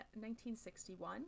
1961